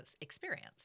experience